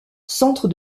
centre